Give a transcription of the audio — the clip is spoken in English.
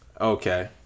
Okay